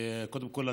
קודם כול,